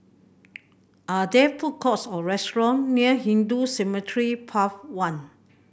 are there food courts or restaurant near Hindu Cemetery Path One